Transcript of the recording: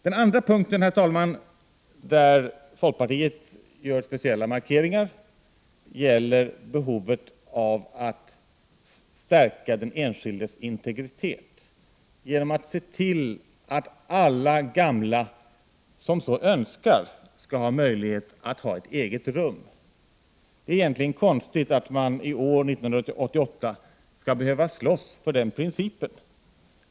Den andra punkten, herr talman, där folkpartiet gör speciella markeringar gäller behovet av att stärka den enskildes integritet, att se till att alla gamla som så önskar skall ha möjlighet att få ett eget rum. Det är egentligen konstigt att man år 1988 skall behöva slåss för den principen.